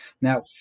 Now